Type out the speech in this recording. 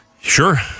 Sure